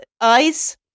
eyes